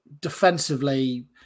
defensively